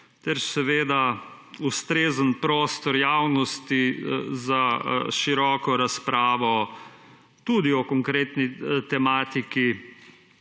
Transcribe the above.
ter seveda ustrezen prostor javnosti za široko razpravo, tudi o konkretni tematiki